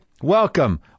Welcome